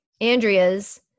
Andrea's